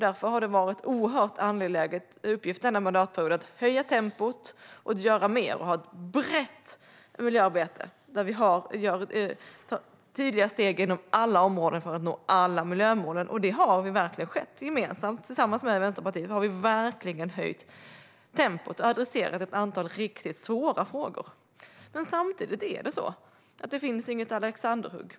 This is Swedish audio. Därför har det varit en oerhört angelägen uppgift denna mandatperiod att höja tempot, göra mer, ha ett brett miljöarbete och ta tydliga steg inom alla områden för att nå alla miljömålen, och detta har verkligen skett. Tillsammans med Vänsterpartiet har vi verkligen höjt tempot och adresserat ett antal riktigt svåra frågor. Men samtidigt finns det inget alexanderhugg.